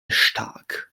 stark